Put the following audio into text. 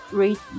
read